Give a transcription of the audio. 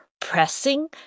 pressing